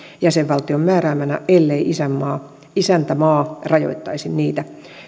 jäsenvaltion määräämänä ellei isäntämaa isäntämaa rajoittaisi niitä